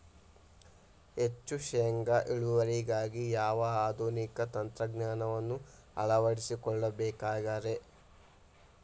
ಹೆಚ್ಚು ಶೇಂಗಾ ಇಳುವರಿಗಾಗಿ ಯಾವ ಆಧುನಿಕ ತಂತ್ರಜ್ಞಾನವನ್ನ ಅಳವಡಿಸಿಕೊಳ್ಳಬೇಕರೇ?